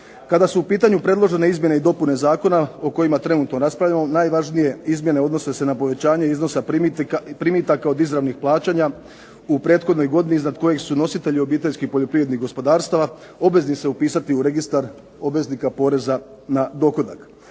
Kada su u pitanju predložene Izmjene i dopune Zakona o kojima trenutno raspravljamo, najvažnije izmjene odnose se na povećanje iznosa primitaka od izravnih plaćanja u prethodnoj godini iznad kojeg su nositelji obiteljskih poljoprivrednih gospodarstava obvezni se upisati u registar obveznika poreza na dohodak.